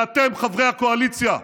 ואתם, חברי הקואליציה,